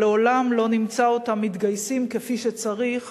אבל לעולם לא נמצא אותם מתגייסים כפי שצריך